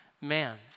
man